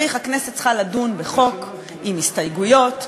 הכנסת צריכה לדון בחוק עם הסתייגויות,